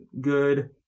good